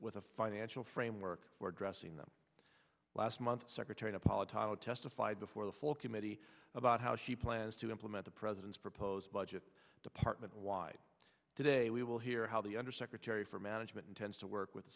with a financial framework for addressing them last month secretary napolitano testified before the full committee about how she plans to implement the president's proposed budget department wide today we will hear how the undersecretary for management intends to work with